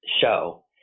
show